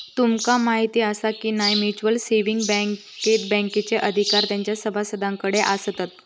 तुमका म्हायती आसा काय, की म्युच्युअल सेविंग बँकेत बँकेचे अधिकार तेंच्या सभासदांकडे आसतत